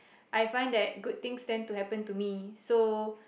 I find that good things tend to happen to me so